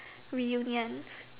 reunion